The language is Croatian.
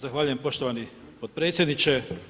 Zahvaljujem poštovani podpredsjedniče.